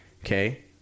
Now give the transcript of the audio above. Okay